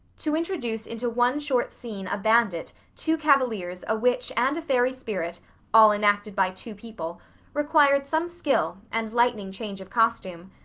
to introduce into one short scene a bandit, two cavaliers, a witch, and a fairy spirit all enacted by two people required some skill, and lightning change of costume.